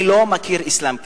אני לא מכיר אסלאם כזה.